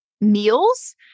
meals